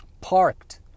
parked